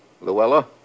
Luella